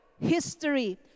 history